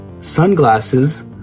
sunglasses